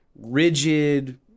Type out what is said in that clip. rigid